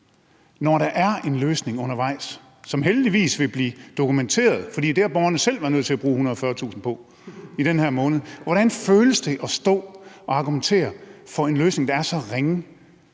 når der er en løsning undervejs, som heldigvis vil blive dokumenteret, for det har borgerne selv været nødt til at bruge 140.000 kr. på, i den her måned? Hvordan føles det at stå og argumentere for en løsning, der er så ringe,